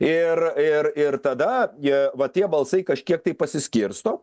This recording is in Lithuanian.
ir ir ir tada jie va tie balsai kažkiek taip pasiskirsto